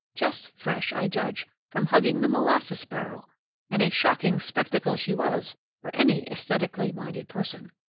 just fresh, i judge, from hugging the molasses barrel and a shocking spectacle she was for any esthetically minded person.